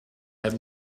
had